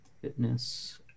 Fitness